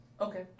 Okay